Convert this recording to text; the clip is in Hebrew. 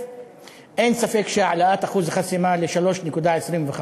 אין ספק שהעלאת אחוז החסימה ל-3.25,